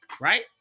Right